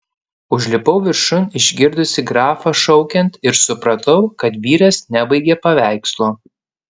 užlipau viršun išgirdusi grafą šaukiant ir supratau kad vyras nebaigė paveikslo